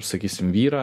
sakysim vyrą